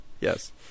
Yes